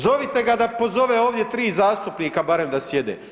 Zovite ga da pozove ovdje 3 zastupnika barem da sjede.